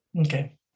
Okay